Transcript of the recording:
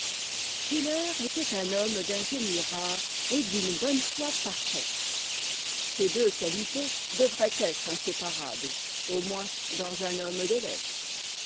schiller était un homme d'un génie rare et d'une bonne foi parfaite ces deux qualités devraient être inséparables au moins dans un homme de lettres